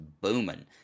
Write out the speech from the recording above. booming